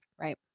Right